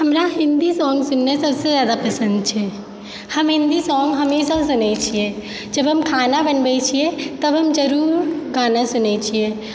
हमरा हिन्दी साङ्ग सुननाइ सबसॅं जादा पसन्द छै हम हिन्दी साङ्ग हमेशा सुनै छियै जब हम खाना बनबै छियै तब हम जरुर गाना सुनै छियै